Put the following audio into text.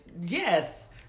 Yes